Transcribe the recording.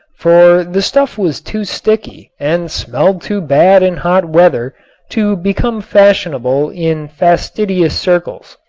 for the stuff was too sticky and smelled too bad in hot weather to become fashionable in fastidious circles.